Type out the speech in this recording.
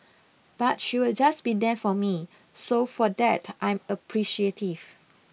but she will just be there for me so for that I'm appreciative